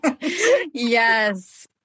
Yes